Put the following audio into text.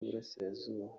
y’uburasirazuba